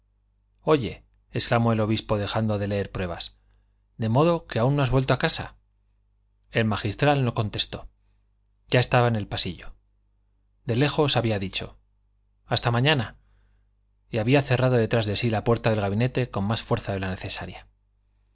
demasiado oye exclamó el obispo dejando de leer pruebas de modo que aún no has vuelto a casa el magistral no contestó ya estaba en el pasillo de lejos había dicho hasta mañana y había cerrado detrás de sí la puerta del gabinete con más fuerza de la necesaria